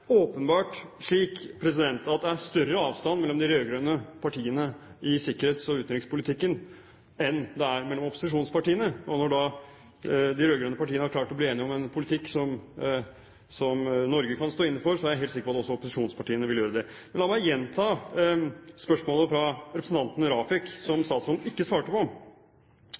mellom opposisjonspartiene. Når de rød-grønne partiene har klart å bli enige om en politikk som Norge kan stå inne for, er jeg helt sikker på at opposisjonspartiene vil klare det. La meg gjenta spørsmålet fra representanten Rafiq, som statsråden ikke svarte på: